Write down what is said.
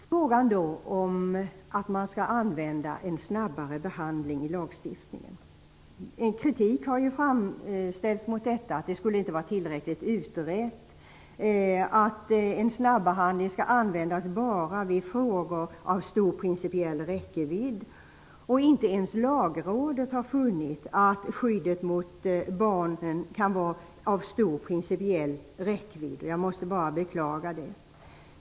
Kritik har framförts mot förslaget att tillämpa en snabbare behandling med hänvisning till att frågan inte skulle vara tillräckligt utredd och att snabbehandling bara skall användas i frågor av stor principiell räckvidd. Inte ens Lagrådet har funnit att skyddet mot barnen kan vara av stor principiell räckvidd, och jag måste bara beklaga detta.